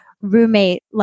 roommate